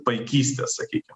paikystė sakykim